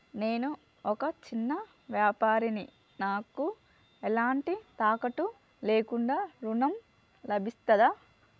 నేను ఒక చిన్న వ్యాపారిని నాకు ఎలాంటి తాకట్టు లేకుండా ఋణం లభిస్తదా?